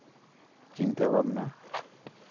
ᱪᱤᱱᱛᱟᱹ ᱵᱷᱟᱵᱽᱱᱟ